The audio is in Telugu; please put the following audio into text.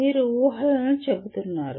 మీరు ఊహలను చెబుతున్నారు